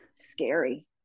scary